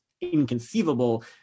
inconceivable